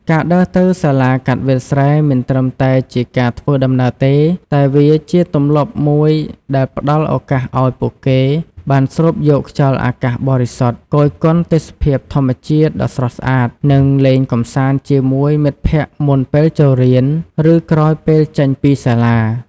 ការដើរទៅសាលាកាត់វាលស្រែ មិនត្រឹមតែជាការធ្វើដំណើរទេ តែវាជាទម្លាប់មួយដែលផ្តល់ឱកាសឲ្យពួកគេបាន ស្រូបយកខ្យល់អាកាសបរិសុទ្ធ គយគន់ទេសភាពធម្មជាតិដ៏ស្រស់ស្អាត និងលេងកម្សាន្តជាមួយមិត្តភក្តិមុនពេលចូលរៀន ឬក្រោយពេលចេញពីសាលា។